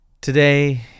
Today